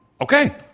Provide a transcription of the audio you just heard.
Okay